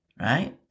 right